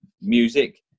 music